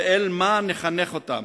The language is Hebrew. ואל מה נחנך אותם,